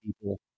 people